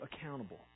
accountable